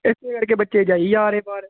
ਇਸ ਕਰਕੇ ਬੱਚੇ ਜਾਈ ਜਾ ਰਹੇ ਬਾਹਰ